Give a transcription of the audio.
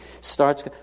starts